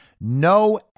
No